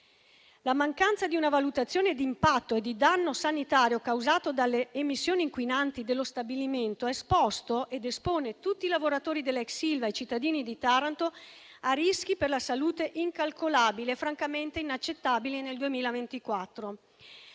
La mancanza di una valutazione di impatto e di danno sanitario causato dalle emissioni inquinanti dello stabilimento ha esposto ed espone tutti i lavoratori dell'ex Ilva e i cittadini di Taranto a rischi per la salute incalcolabili e francamente inaccettabili nel 2024.